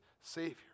Savior